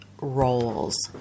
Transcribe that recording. roles